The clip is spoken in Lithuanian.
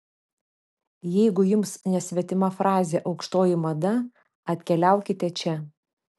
jeigu jums nesvetima frazė aukštoji mada atkeliaukite čia